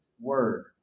word